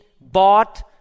bought